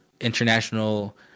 international